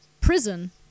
prison